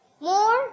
more